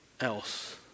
else